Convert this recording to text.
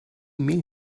mean